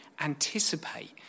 anticipate